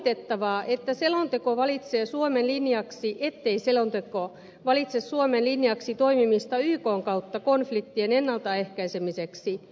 että vaa että selonteko valitsee on valitettavaa ettei selonteko valitse suomen linjaksi toimimista ykn kautta konfliktien ennalta ehkäisemiseksi